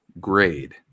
grade